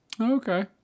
Okay